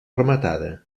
rematada